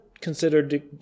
considered